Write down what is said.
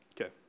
Okay